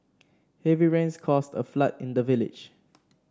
heavy rains caused a flood in the village